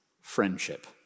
friendship